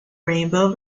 rainbow